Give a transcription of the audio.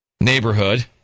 neighborhood